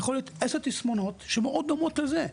יכולים להיות עשרה תסמינים שמאוד דומים לזה,